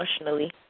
emotionally